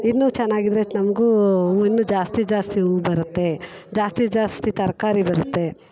ಇನ್ನೂ ಚೆನ್ನಾಗಿದ್ರೆ ನಮಗೂ ಹೂ ಇನ್ನೂ ಜಾಸ್ತಿ ಜಾಸ್ತಿ ಹೂ ಬರುತ್ತೆ ಜಾಸ್ತಿ ಜಾಸ್ತಿ ತರಕಾರಿ ಬರುತ್ತೆ